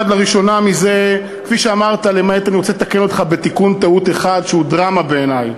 אני רוצה לתקן טעות אחת שלך, שהיא דרמה בעיני.